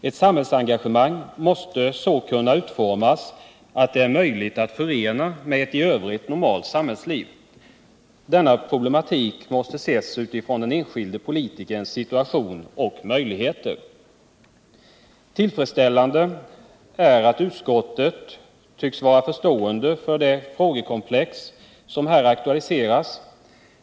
Ett samhällsengagemang måste kunna utformas så att det är möjligt att förena med ett i övrigt normalt samhällsliv. Denna problematik måste ses utifrån den enskilde politikerns situation och möjligheter. Tillfredsställande är att utskottet tycks vara förstående för det frågekomplex som här aktualiseras.